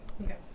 Okay